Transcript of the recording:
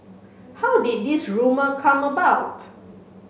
how did this rumour come about